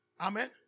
Amen